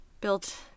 built